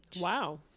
Wow